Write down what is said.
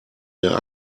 der